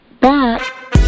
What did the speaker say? back